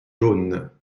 jaunes